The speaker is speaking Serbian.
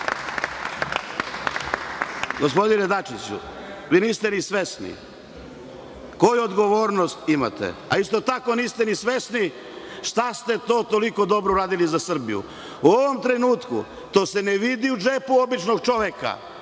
dremate. Gospodine Dačiću, niste ni svesni koju odgovornost imate. Isto tako, niste svesni šta ste to toliko dobro uradili za Srbiju. U ovom trenutku se to ne vidi u džepu običnog čoveka.